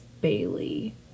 bailey